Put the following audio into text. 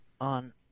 On